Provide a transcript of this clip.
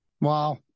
wow